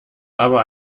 aber